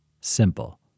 Simple